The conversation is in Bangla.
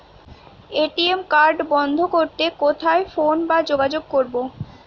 এ.টি.এম কার্ড বন্ধ করতে কোথায় ফোন বা যোগাযোগ করব?